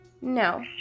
No